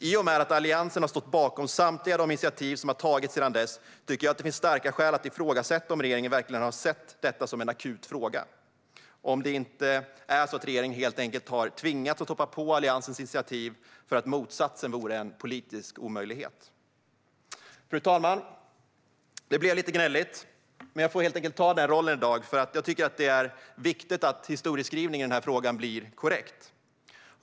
I och med att Alliansen har stått bakom samtliga de initiativ som tagits sedan dess tycker jag att det finns starka skäl att ifrågasätta om regeringen verkligen har sett detta som en akut fråga och om det inte är så att regeringen helt enkelt har tvingats att hoppa på Alliansens initiativ för att motsatsen vore en politisk omöjlighet. Fru talman! Det blev lite gnälligt. Men jag får helt enkelt ta den rollen i dag, för jag tycker att det är viktigt att historieskrivningen i frågan blir korrekt.